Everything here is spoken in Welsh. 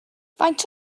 faint